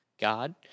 God